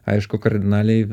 aišku kardinaliai